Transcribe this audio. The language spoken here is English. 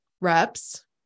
reps